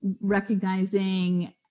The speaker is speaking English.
recognizing